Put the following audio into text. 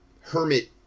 hermit